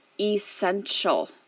essential